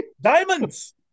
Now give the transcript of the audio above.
diamonds